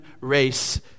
race